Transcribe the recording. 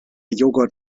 joghurt